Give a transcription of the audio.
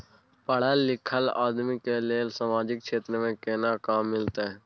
पढल लीखल आदमी के लेल सामाजिक क्षेत्र में केना काम मिलते?